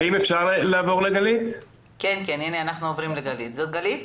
אני גלית,